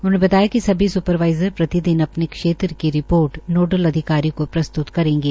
उन्होंने बताया कि सभी स्परवाईजर प्रतिदिन अपने क्षेत्र की रिर्पोट नोडल अधिकारी को प्रस्तुत करेंगे